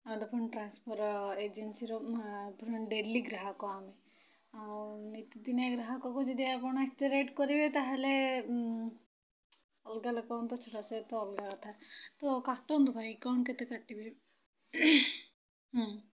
ଆଉ ଦେଖନ୍ତୁ ଟ୍ରାନ୍ସଫର୍ ଏଜେନ୍ସିର ମା ଡେଲି ଗ୍ରାହକ ଆମେ ଆଉ ନିତିଦିନିଆ ଗ୍ରାହକ କୁ ଯଦି ଆପଣ ଏତେ ରେଟ୍ କରିବେ ତାହେଲେ ଅଲଗା ଲୋକଙ୍କୁ ତ ଛାଡ଼ ସେ ତ ଅଲଗା କଥା ତ କାଟନ୍ତୁ ଭାଇ କଣ କେତେ କାଟିବେ ହୁଁ